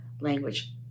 language